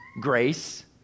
grace